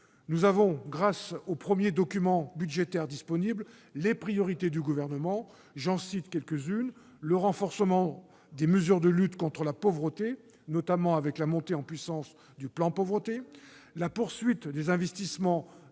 Nous avons, grâce aux premiers documents budgétaires disponibles, les priorités du Gouvernement. Je citerai : le renforcement des mesures de lutte contre la pauvreté, notamment avec la montée en puissance du plan pauvreté ; la poursuite des investissements dans